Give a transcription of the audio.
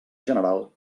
general